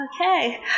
Okay